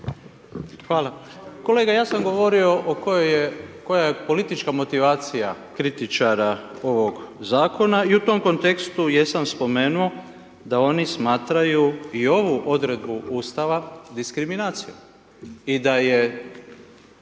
Hvala. Kolega je sam govorio koja je politička motivacija kritičara ovog zakona i u tom kontekstu jesam spomenuo da oni smatraju i ovu odredbu Ustava diskriminacijom